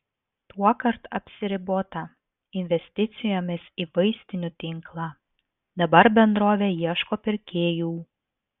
tuokart apsiribota investicijomis į vaistinių tinklą dabar bendrovė ieško pirkėjų